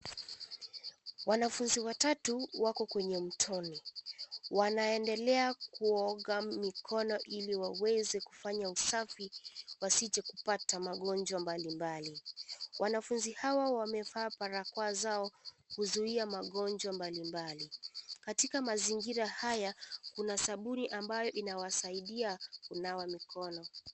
Wanafunzi watatu wako kwenye mtoni, wanaendelea kuoga mikono ili waweze kufanya usafi wasije kupata magonjwa mbalimbali, wanafuzi hawa wamevaa barakoa zao kuzuia magonjwa mbalimbali, katika mazingira haya kuna sabuni ambayo inawasaidia kunawa mikono.